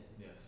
Yes